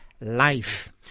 life